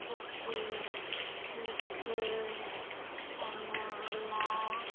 ᱯᱩᱴᱷᱤ ᱴᱤᱲᱠᱟᱹᱞ ᱟᱨ ᱢᱚᱨᱚᱞᱟ